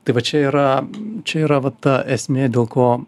tai va čia yra čia yra va ta esmė dėl ko